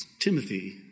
Timothy